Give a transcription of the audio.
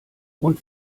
und